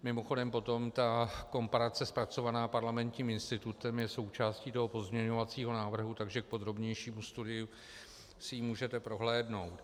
Mimochodem potom ta komparace zpracovaná Parlamentním institutem je součástí toho pozměňovacího návrhu, takže k podrobnějšímu studiu si ji můžete prohlédnout.